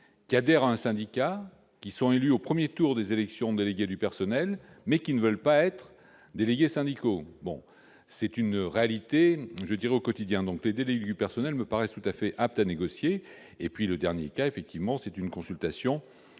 qui adhèrent à un syndicat, sont élus au premier tour des élections de délégués du personnel, mais ne veulent pas être délégués syndicaux. C'est une réalité quotidienne. Les délégués du personnel me paraissent tout à fait aptes à négocier. Le dernier cas est celui de la consultation